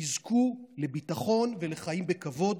יזכו לביטחון ולחיים בכבוד,